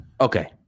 Okay